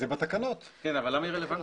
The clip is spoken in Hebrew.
אבל למה היא רלוונטית?